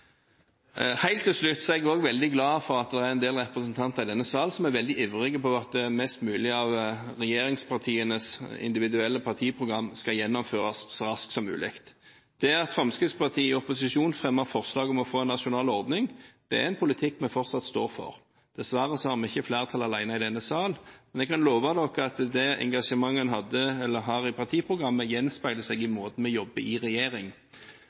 Helt til slutt: Jeg er også veldig glad for at det er en del representanter i denne salen som ivrer veldig for at mest mulig av regjeringspartienes individuelle partiprogrammer skal gjennomføres så raskt som mulig. At Fremskrittspartiet i opposisjon fremmet forslag om å få en nasjonal ordning, er en politikk vi fortsatt står for. Dessverre har vi ikke flertall alene i denne salen, men jeg kan love dere at det engasjementet som vi har i partiprogrammet, gjenspeiler seg i måten vi jobber på i regjering.